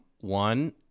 One